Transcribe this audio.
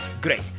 great